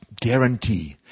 Guarantee